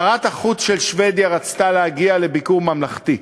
שרת החוץ של שבדיה רצתה להגיע לביקור ממלכתי.